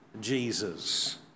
Jesus